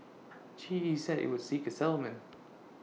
G E said IT would seek A settlement